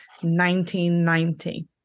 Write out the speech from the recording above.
1990